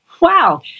wow